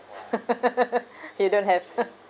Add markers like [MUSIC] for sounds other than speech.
[LAUGHS] you don't have [LAUGHS]